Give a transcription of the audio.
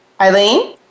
Eileen